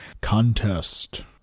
contest